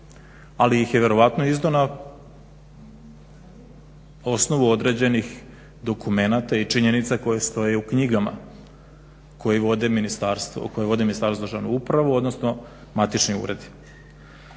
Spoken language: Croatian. Ali ih je vjerojatno izdao na osnovu određenih dokumenata i činjenica koje stoje u knjigama koje vode Ministarstvo državne uprave odnosno matični uredi.